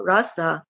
Rasa